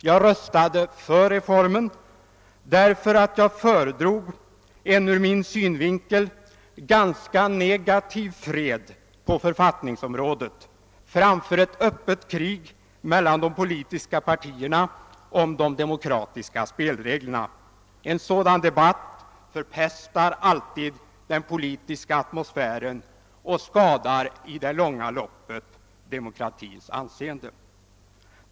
Jag röstade för reformen, därför att jag föredrog en ur min synvinkel ganska negativ fred på författningsområdet framför ett öppet krig mellan de politiska partierna om de demokratiska spelreglerna. En sådan debatt förpestar alltid den politiska atmosfären och skadar i det långa loppet demokratins anseende.